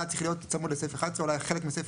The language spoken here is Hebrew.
היה צריך להיות צמוד לסעיף (11), אולי חלק ממנו.